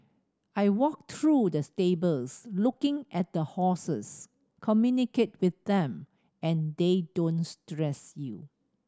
I walk through the stables looking at the horses communicate with them and they don't stress you